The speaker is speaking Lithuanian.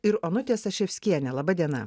ir onutė saševskienė laba diena